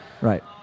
right